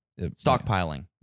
Stockpiling